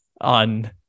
on